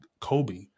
Kobe